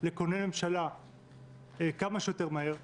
לכונן ממשלה כמה שיותר מהר -- אדוני,